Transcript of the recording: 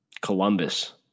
Columbus